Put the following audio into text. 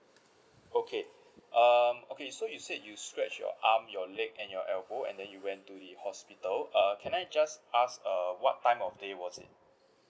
okay um okay so you said you scratch your arm your leg and your elbow and then you went to the hospital uh can I just ask err what time of day was it